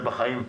זה בחיים.